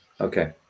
Okay